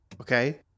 Okay